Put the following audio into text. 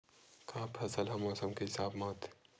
का फसल ह मौसम के हिसाब म होथे?